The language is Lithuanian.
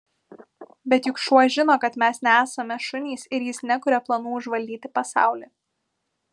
bet juk šuo žino kad mes nesame šunys ir jis nekuria planų užvaldyti pasaulį